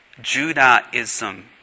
Judaism